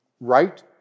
right